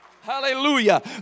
Hallelujah